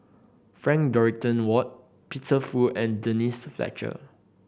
Frank Dorrington Ward Peter Fu and Denise Fletcher